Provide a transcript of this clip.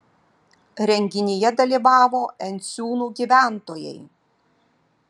renginyje dalyvavo enciūnų gyventojai